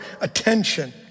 attention